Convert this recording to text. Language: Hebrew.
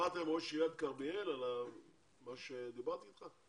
דיברת עם ראש עיריית כרמיאל על מה שדיברתי אתך?